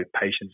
patients